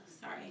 sorry